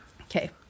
Okay